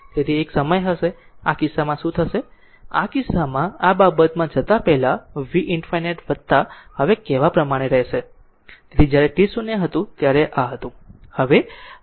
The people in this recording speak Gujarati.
તેથી એક સમય હશે આ કિસ્સામાં શું થશે આ કિસ્સામાં શું થશે આ કિસ્સામાં આ બાબતમાં જતાં પહેલાં v ∞ હવે કહેવા પ્રમાણે રહેશે જ્યારે t 0 હતું ત્યારે આ હતું